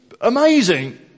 amazing